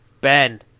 Ben